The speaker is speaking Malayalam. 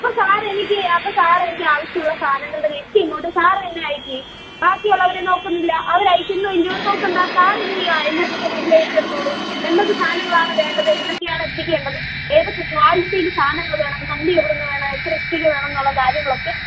അപ്പോൾ സാർ എനിക്കി അപ്പോൾ സാറെനിക്കി ആവശ്യമുള്ള സാധനങ്ങളുടെ ലിസ്റ്റ് ഇങ്ങോട്ട് സാറ്ത്തന്നെ അയക്ക് ബാക്കിയുള്ളവരെ നോക്കുന്നില്ല അവർ അയക്കുന്നോ ഇല്ലയോന്ന് നോക്കണ്ട സാറെന്തു ചെയ്യുവാണ് എല്ലാ എന്തൊക്കെ സാധനങ്ങളാണ് വേണ്ടത് എന്തൊക്കെയാണ് എത്തിക്കേണ്ടത് ഏതൊക്കെ ക്വാളിറ്റിയിൽ സാധനങ്ങൾ വേണം കമ്പിയെവിടെന്ന് വേണം എത്ര ഇഷ്ടിക വേണം എന്നുള്ള കാര്യങ്ങളൊക്കെ